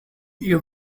you